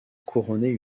couronner